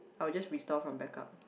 I'll just restore from backup